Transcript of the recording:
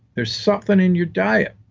there's something in your diet.